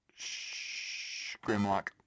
Grimlock